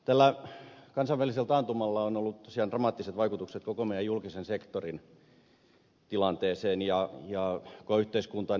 tällä kansainvälisellä taantumalla on ollut tosiaan dramaattiset vaikutukset koko meidän julkisen sektorimme tilanteeseen ja koko yhteiskuntaan